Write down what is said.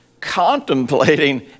contemplating